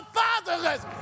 fatherless